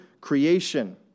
creation